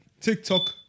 TikTok